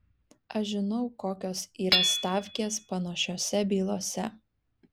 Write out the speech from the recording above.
aš žinau kokios yra stavkės panašiose bylose